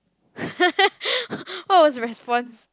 what was the response